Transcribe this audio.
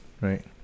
right